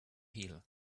hill